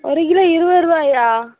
ஒரு கிலோ இருபது ரூபாயா